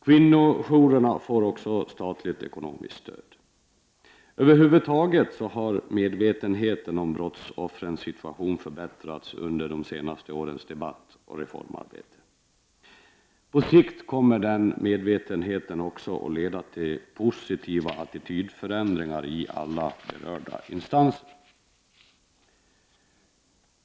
Kvinnojourerna har fått statligt ekonomiskt stöd. Över huvud taget har medvetenheten om brottsoffrens situation förbättrats under de senare årens debatt och reformarbete. På sikt kommer denna medvetenhet att leda till positiva attitydförändringar i alla berörda instanser.